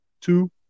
two